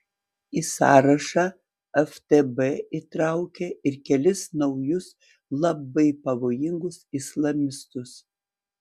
į sąrašą ftb įtraukė ir kelis naujus labai pavojingus islamistus